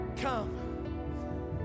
come